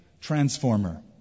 transformer